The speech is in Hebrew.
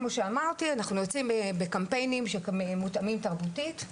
כמו שאמרתי אנחנו יוצאים בקמפיינים שמותאמים תרבותית.